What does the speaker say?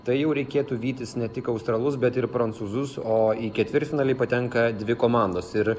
tai jau reikėtų vytis ne tik australus bet ir prancūzus o į ketvirtfinalį patenka dvi komandos ir